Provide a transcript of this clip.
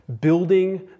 building